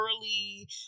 early